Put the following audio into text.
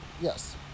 Yes